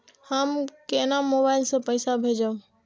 हम केना मोबाइल से पैसा भेजब?